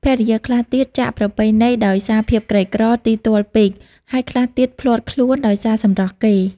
ភរិយាខ្លះទៀតចាកប្រពៃណីដោយសារភាពក្រីក្រ ទីទ័លពេក ហើយខ្លះទៀតភ្លាត់ខ្លួនដោយសារសម្រស់គេ ។